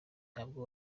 ntabwo